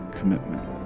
commitment